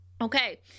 Okay